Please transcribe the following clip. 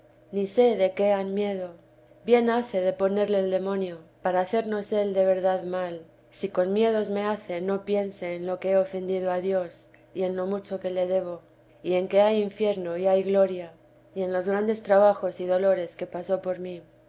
ni sé de qué han miedo bien hace de ponerle el demonio para hacernos él de verdad mal si con miedos me hace no piense en lo que he ofendido a dios y en lo mucho que le debo y en que hay infierno y hay gloria y en los grandes trabajos y dolores que pasó por mí